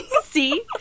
see